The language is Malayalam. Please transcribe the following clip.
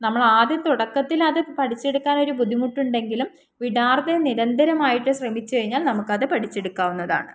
നമ്മൾ ആദ്യം തുടക്കത്തിൽ അത് പഠിച്ചെടുക്കാനൊരു ബുദ്ധിമുട്ടുണ്ടെങ്കിലും വിടാർഥയം നിരന്തരമായിട്ട് ശ്രമിച്ചു കഴിഞ്ഞാൽ നമുക്ക് അത് പഠിച്ചെടുക്കാവുന്നതാണ്